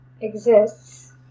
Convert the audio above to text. exists